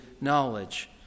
knowledge